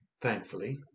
Thankfully